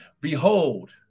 behold